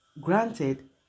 granted